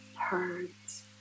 herds